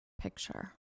picture